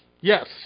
Yes